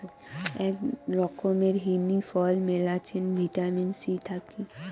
আক রকমের হিনি ফল মেলাছেন ভিটামিন সি থাকি